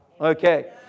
Okay